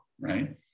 right